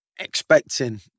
expecting